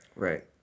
Right